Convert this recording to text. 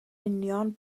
union